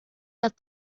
las